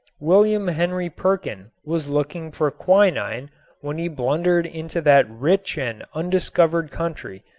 william henry perkin was looking for quinine when he blundered into that rich and undiscovered country,